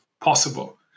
possible